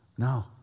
No